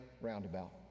roundabout